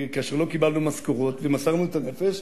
כאשר לא קיבלנו משכורות ומסרנו את הנפש,